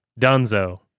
Dunzo